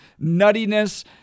nuttiness